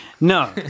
no